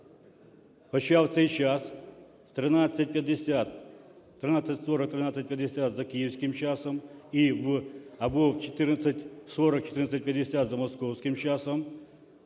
Хоча в цей час в 13:50, в 13:40-13:50 за київським часом, або в 14:40-14:50 за московським часом